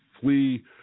flee